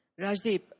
Rajdeep